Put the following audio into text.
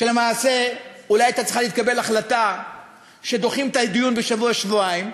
ולמעשה אולי הייתה צריכה להתקבל החלטה שדוחים את הדיון בשבוע-שבועיים,